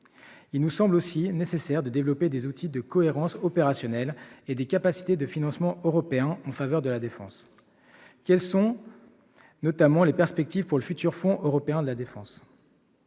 Il nous semble également nécessaire de développer des outils de cohérence opérationnelle et des capacités de financement européen en faveur de la défense. Quelles sont, notamment, les perspectives pour le futur fonds européen de la défense ?